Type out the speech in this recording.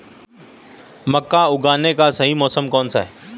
मक्का उगाने का सही मौसम कौनसा है?